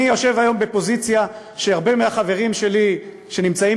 אני יושב היום בפוזיציה שהרבה מהחברים שלי שנמצאים